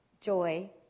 joy